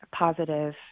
positive